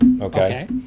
Okay